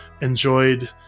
enjoyed